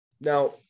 Now